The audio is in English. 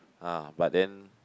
ah but then